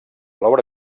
l’obra